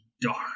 dark